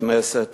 בבתי-כנסת